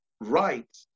right